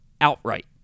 outright